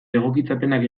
egokitzapenak